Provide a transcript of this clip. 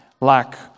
lack